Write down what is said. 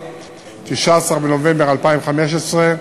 19 בנובמבר 2015,